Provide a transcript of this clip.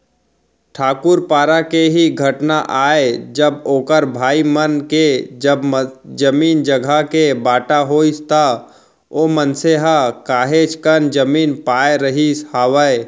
ठाकूर पारा के ही घटना आय जब ओखर भाई मन के जब जमीन जघा के बाँटा होइस त ओ मनसे ह काहेच कन जमीन पाय रहिस हावय